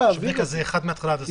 זה אחד מההתחלה ועד הסוף?